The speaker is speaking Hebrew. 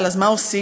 אז מה עושים?